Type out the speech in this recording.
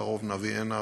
ובקרוב נביא הנה,